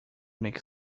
make